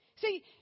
See